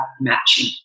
matching